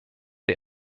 the